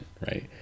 right